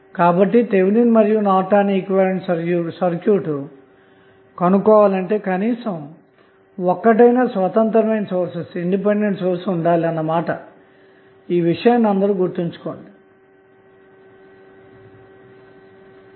కాబట్టి థెవెనిన్ మరియు Norton equivalent circuit కనుగొనుటకు కనీసం ఒక్కటైనా స్వతంత్రమైన సోర్స్ ఉండాలి అన్న విషయం మనం గుర్తుంచుకోవాలి అన్న మాట